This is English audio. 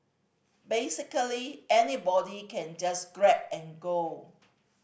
basically anybody can just grab and go